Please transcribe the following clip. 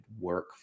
work